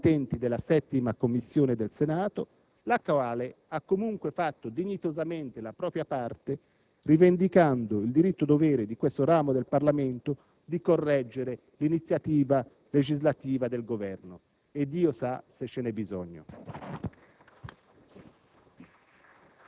Con buona pace dei nobili intenti della 7 a Commissione del Senato, la quale ha comunque fatto dignitosamente la propria parte rivendicando il diritto-dovere di questo ramo del Parlamento di correggere l'iniziativa legislativa del Governo. E Dio sa se ce n'è bisogno.